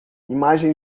imagem